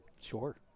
Sure